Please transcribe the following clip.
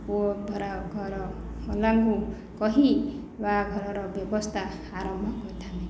ପୁଅ ଘର ବାଲାଙ୍କୁ କହି ବାହାଘରର ବ୍ୟବସ୍ଥା ଆରମ୍ଭ କରିଥାନ୍ତି